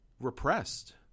repressed